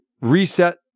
reset